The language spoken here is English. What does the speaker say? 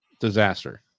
disaster